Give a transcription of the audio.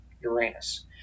Uranus